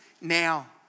now